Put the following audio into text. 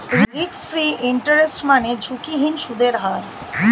risk free interest মানে ঝুঁকিহীন সুদের হার